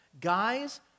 Guys